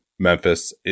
Memphis